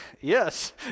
yes